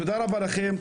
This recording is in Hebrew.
תודה רבה לכם.